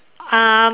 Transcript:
um